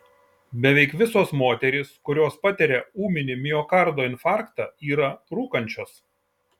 beveik visos moterys kurios patiria ūminį miokardo infarktą yra rūkančios